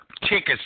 tickets